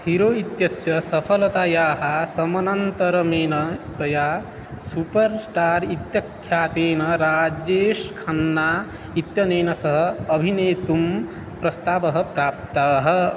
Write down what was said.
hero इत्यस्य सफलतायाः समनन्तरमेन तया सुपर् स्टार् इत्याख्यातेन राजेश् खन्ना इत्यनेन सह अभिनेतुं प्रस्तावः प्राप्तः